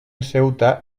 ceuta